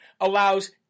allows